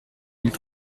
mille